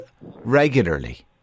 regularly